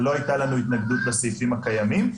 לא הייתה לנו התנגדות לסעיפים הקיימים.